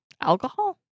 Alcohol